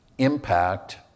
Impact